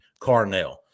Carnell